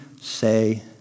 say